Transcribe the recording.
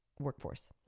workforce